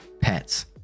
pets